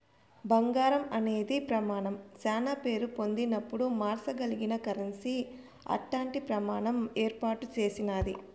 బంగారం అనే ప్రమానం శానా పేరు పొందినపుడు మార్సగలిగిన కరెన్సీ అట్టాంటి ప్రమాణం ఏర్పాటు చేసినాది